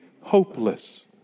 hopeless